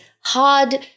hard